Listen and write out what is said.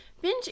Binge